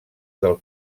del